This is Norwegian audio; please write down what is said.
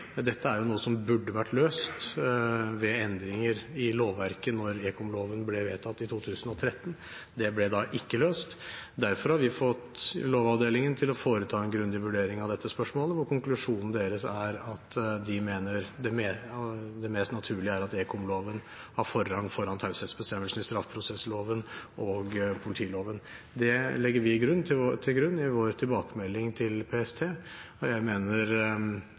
Dette er noe som burde ha vært løst ved endringer i lovverket da endringer i ekomloven ble vedtatt i 2013. Det ble da ikke løst. Derfor har vi fått Lovavdelingen til å foreta en grundig vurdering av dette spørsmålet, og konklusjonen deres er at de mener det mest naturlige er at ekomloven har forrang foran taushetsbestemmelsene i straffeprosessloven og politiloven. Det legger vi til grunn i vår tilbakemelding til PST. Jeg mener